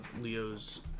Leo's